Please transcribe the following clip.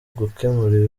gukemura